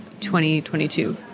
2022